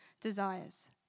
desires